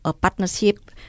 partnership